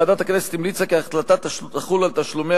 ועדת הכנסת המליצה כי ההחלטה תחול על תשלומי